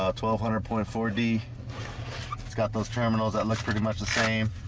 um twelve hundred point four d it's got those terminals that looks pretty much the same